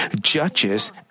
judges